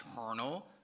eternal